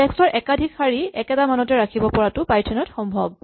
text ৰ একাধিক শাৰী একেটা মানতে ৰাখিব পৰাটো পাইথন ত সম্ভৱ